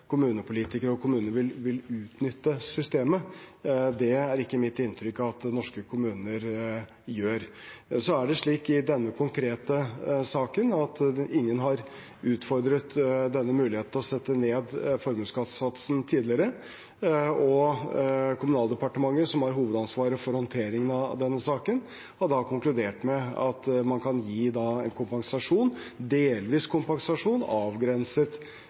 norske kommuner gjør det. Så er det slik i denne konkrete saken at ingen har utfordret denne muligheten til å sette ned formuesskattesatsen tidligere, og Kommunaldepartementet, som har hovedansvaret for håndteringen av denne saken, har da konkludert med at man kan gi en delvis kompensasjon, avgrenset